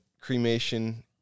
cremation